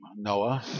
Noah